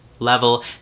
level